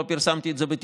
לא פרסמתי את זה בתקשורת,